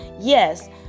yes